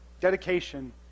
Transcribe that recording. dedication